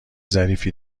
ظریفی